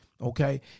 okay